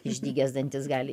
išdygęs dantis gali